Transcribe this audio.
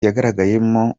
yagaragayemo